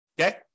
Okay